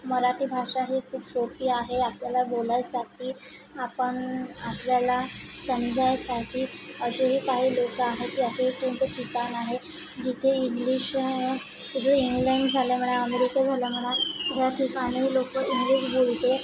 मराठी भाषा ही खूप सोपी आहे आपल्याला बोलायसाठी आपण आपल्याला समजायसाठी असेही काही लोक आहेत अशीही कोणते ठिकाण आहे जिथे इंग्लिश जसं इंग्लंड झालं म्हणा अमेरिका झालं म्हणा ह्या ठिकाणी लोक इंग्लिश बोलते